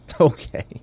Okay